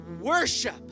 worship